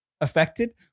affected